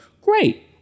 great